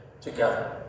together